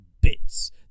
bits